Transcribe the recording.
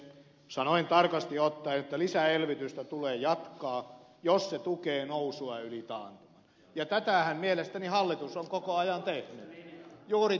sanoin tarkasti ottaen että lisäelvytystä tulee jatkaa jos se tukee nousua yli taantuman ja tätähän mielestäni hallitus on koko ajan tehnyt